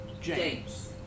James